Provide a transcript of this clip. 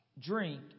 Drink